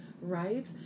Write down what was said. right